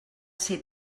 ser